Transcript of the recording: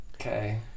Okay